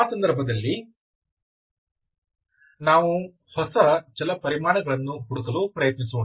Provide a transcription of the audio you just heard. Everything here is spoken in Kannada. ಆ ಸಂದರ್ಭದಲ್ಲಿ ನಾವು ಹೊಸ ಚಲಪರಿಮಾಣಗಳನ್ನು ಹುಡುಕಲು ಪ್ರಯತ್ನಿಸೋಣ